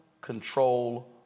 control